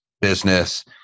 business